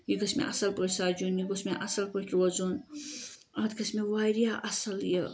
یہِ گٔژھ مےٚ اصل پٲٹھۍ سَجُن یہِ گوژھ مےٚ اصل پٲٹھۍ روزُن اَتھ گَژھِ مےٚ واریاہ اصل یہِ